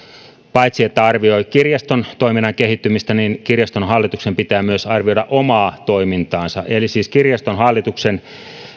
paitsi arvioi kirjaston toiminnan kehittymistä kirjaston hallituksen pitää arvioida myös omaa toimintaansa eli siis kirjaston hallituksen